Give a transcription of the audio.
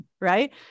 Right